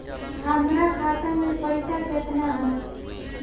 हमरा खाता में पइसा केतना बा?